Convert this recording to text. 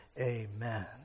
Amen